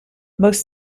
most